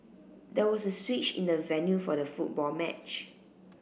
there was a switch in the venue for the football match